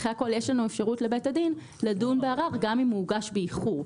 אחרי הכול יש לנו אפשרות לבית הדין לדון בערר גם אם הוא הוגש באיחור.